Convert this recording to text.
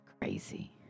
crazy